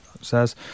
says